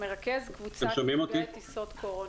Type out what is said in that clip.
מרכז קבוצת נפגעי טיסות קורונה.